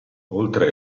oltre